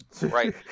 right